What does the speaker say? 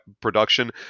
production